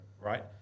right